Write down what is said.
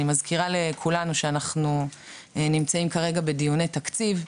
אני מזכירה לכולנו שאנחנו נמצאים כרגע בדיוני תקציב.